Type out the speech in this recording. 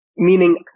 Meaning